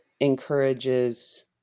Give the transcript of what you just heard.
encourages